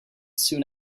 soon